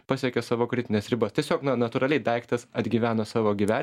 pasiekė savo kritines ribas tiesiog na natūraliai daiktas atgyvena savo gyveni